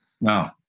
No